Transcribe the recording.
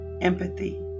empathy